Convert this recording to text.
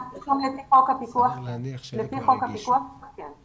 לפי חוק הפיקוח, כן.